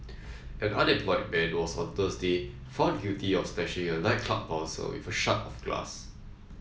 an unemployed man was on Thursday found guilty of slashing a nightclub bouncer with a shard of glass